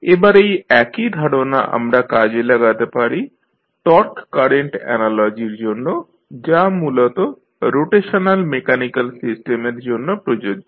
এবার এই একই ধারণা আমরা কাজে লাগাতে পারি টর্ক কারেন্ট অ্যানালজির জন্য যা মূলত রোটেশনাল মেকানিক্যাল সিস্টেমের জন্য প্রযোজ্য